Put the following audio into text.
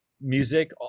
music